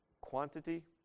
quantity